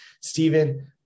Stephen